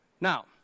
Now